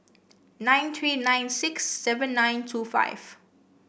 nine three nine six seven nine two five